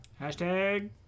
Hashtag